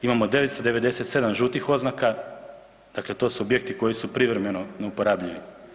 Imamo 997 žutih oznaka, dakle to su objekti koji su privremeno neuporabljivi.